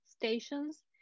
stations